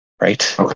Right